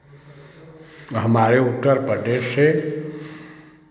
हमारे उत्तर प्रदेश से